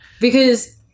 because-